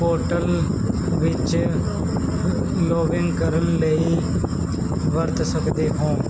portal ਵਿੱਚ login ਕਰਨ ਲਈ ਵਰਤ ਸਕਦੇ ਹੋ